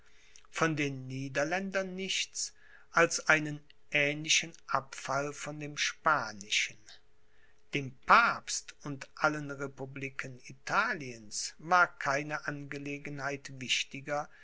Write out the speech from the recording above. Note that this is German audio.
von den niederländern nichts als einen ähnlichen abfall von dem spanischen dem papst und allen republiken italiens war keine angelegenheit wichtiger